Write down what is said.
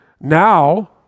now